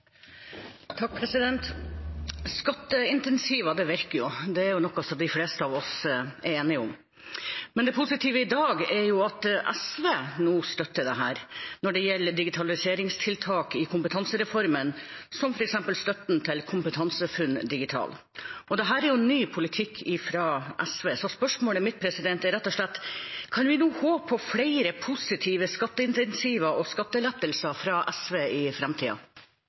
noe de fleste av oss er enige om. Det positive i dag er at SV nå støtter dette når det gjelder digitaliseringstiltak i kompetansereformen, som f.eks. støtten til Kompetansefunn Digital. Dette er jo ny politikk fra SV, så spørsmålet mitt er rett og slett: Kan vi nå håpe på flere positive skatteinsentiver og skattelettelser fra SV i